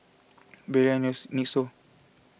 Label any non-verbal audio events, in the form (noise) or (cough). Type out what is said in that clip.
Barilla Nix (unintelligible) so